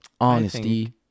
Honesty